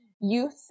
youth